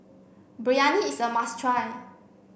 Biryani is a must try